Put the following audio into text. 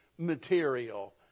material